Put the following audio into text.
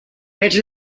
per